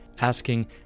asking